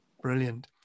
Brilliant